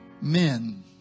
men